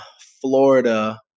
Florida